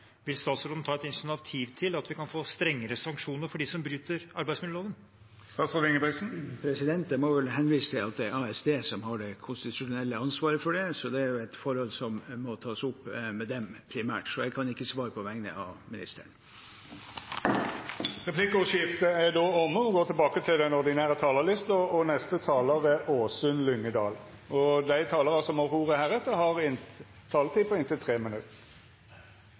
Vil statsråden ta et initiativ til at vi kan få strengere sanksjoner for dem som bryter arbeidsmiljøloven? Jeg må henvise til at det er Arbeids- og sosialdepartementet som har det konstitusjonelle ansvaret for det, så det er et forhold som primært må tas opp med dem. Jeg kan ikke svare på vegne av arbeids- og sosialministeren. Replikkordskiftet er omme. Dei talarane som heretter får ordet, har òg ei taletid på inntil 3 minutt. Vi ble alle sjokkert over de avsløringene som